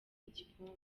igikombe